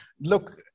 look